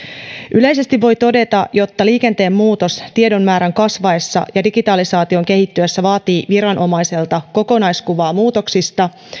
yleisesti voi todeta että liikenteen muutos tiedon määrän kasvaessa ja digitalisaation kehittyessä vaatii viranomaiselta kokonaiskuvaa muutoksista